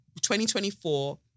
2024